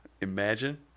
Imagine